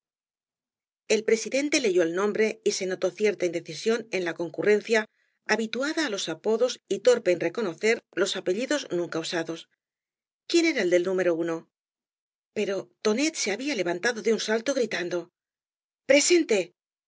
el presidente leyó el nombre y se notó cierta indecisión en la concurrencia habituada á los apo dos y torpe en reconocer los apellidos nunca usados quién era el del número uno pero tonet se habla levantado de un salto gritando